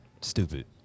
stupid